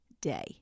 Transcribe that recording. day